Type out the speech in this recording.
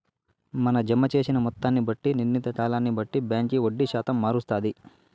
మన జమ జేసిన మొత్తాన్ని బట్టి, నిర్ణీత కాలాన్ని బట్టి బాంకీ వడ్డీ శాతం మారస్తాది